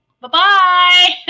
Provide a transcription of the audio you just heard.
Bye-bye